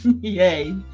Yay